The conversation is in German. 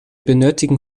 benötigen